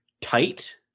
tight